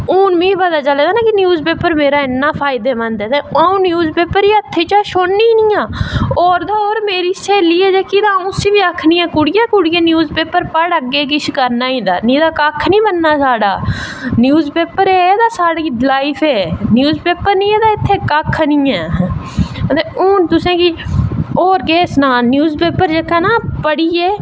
हून मिगी पता चले दा ना कि न्यूप पेपर मेरा इन्ना फायदेमंद ऐ ना अऊं न्यूज पेपर गी हत्थै चा हा छोड़नी गै नी आं होर तो होर जेह्ड़े मेरी स्हेली ऐ में उसी बी आक्खनी आं कि कुड़ियें कुड़िये न्यूज पेपर पढ़ अग्गैं किश करना ऐ तां नेईं तां अग्गैं किश नी बनना साढ़ा न्यूज पेपर ऐ तां साढ़ी लाईफ ऐ न्यूय पेपर नी ऐ तां इत्थै कक्ख नी ऐ हून इत्थै होर केह् सनां न्यूज पेपर जेह्का पढ़ियै